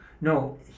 No